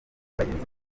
bagenzi